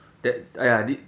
that ah ya